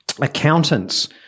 accountants